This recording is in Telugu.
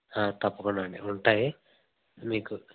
తప్పకుండా అండి ఉంటాయి మీకు